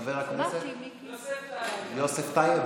חבר הכנסת, יוסף טייב.